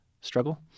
struggle